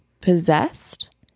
possessed